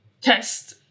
test